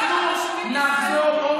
אנחנו נחזור, תסבלו.